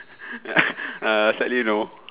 ah sadly no